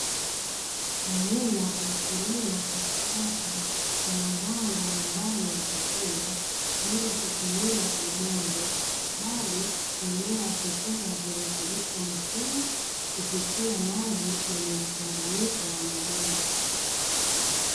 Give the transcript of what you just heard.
Aina ya kilimo cha kisasa cha mazao mbalimbali ya chakula bila kutumia udongo, bali mimea hupewa virutubisho muhimu kupitia maji yenye mchanganyiko wa madini.